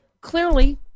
clearly